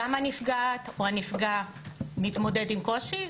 גם הנפגעת או הנפגע מתמודד עם קושי,